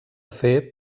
fer